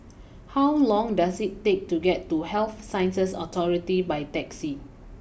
how long does it take to get to Health Sciences Authority by taxi